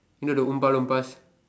you know the oompah-loompahs